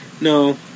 No